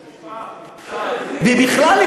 ובכלל,